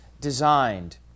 designed